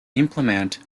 implement